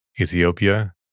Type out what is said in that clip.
Ethiopia